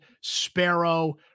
Sparrow